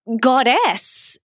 goddess